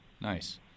Nice